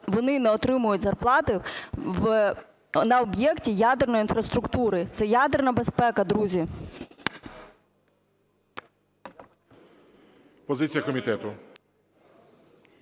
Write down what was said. вони не отримують зарплати на об'єкті ядерної інфраструктури. Це ядерна безпека, друзі.